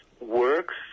works